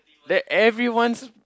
that everyone's